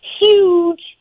huge